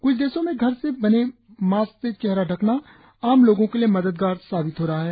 क्छ देशों में घर में बने मास्क से चेहरा ढकना आम लोगों के लिए मददगार साबित हो रहा है